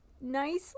nicely